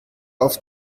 auf